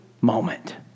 moment